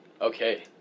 Okay